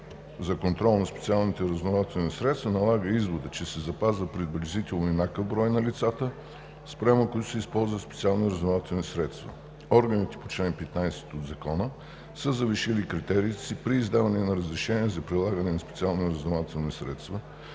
за контрол на специалните разузнавателни средства налага извода, че се запазва приблизително еднакъв броят на лицата, спрямо които се използват специални разузнавателни средства. Органите по чл. 15 от Закона са завишили критериите си при издаване на разрешения за прилагане на специални разузнавателни средства